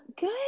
Good